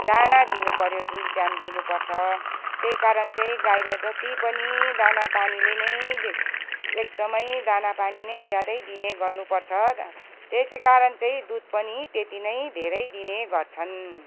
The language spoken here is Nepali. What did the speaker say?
दाना दिनु पर्यो दुई टाइम दिनुपर्छ त्यही कारण चाहिँ गाईलाई जति पनि दानापानीले नै एकदमै दानापानी नै ज्यादै दिने गर्नुपर्छ त्यसैकारण चाहिँ दुध पनि त्यति नै धेरै दिने गर्छन्